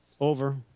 Over